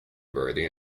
bertie